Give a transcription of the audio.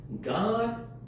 God